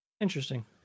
Interesting